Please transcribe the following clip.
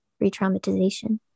re-traumatization